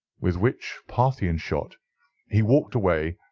with which parthian shot he walked away,